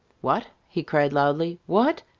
what? he cried, loudly. what?